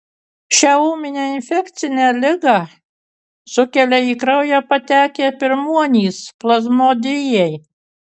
šią ūminę infekcinę ligą sukelia į kraują patekę pirmuonys plazmodijai